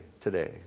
today